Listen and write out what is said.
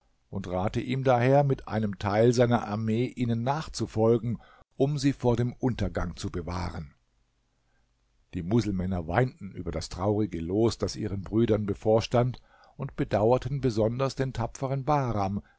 und rate ihm daher mit einem teil seiner armee ihnen nachzufolgen um sie vor dem untergang zu bewahren die muselmänner weinten über das traurige los das ihren brüdern bevorstand und bedauerten besonders den tapferen bahram